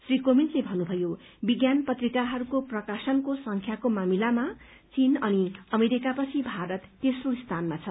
श्री कोविन्दले भन्नुभयो विज्ञान पत्रिकाहरूको प्रकाशनको संख्याको मामिलामा चीन औ अमेरिकापछि भारत तेस्रो स्थानमा छ